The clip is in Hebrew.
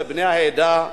לבני העדה,